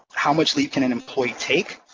how much leave can an employee take?